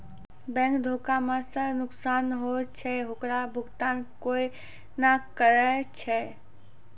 bank धोखा मे जे नुकसान हुवै छै ओकरो भुकतान कोय नै करै छै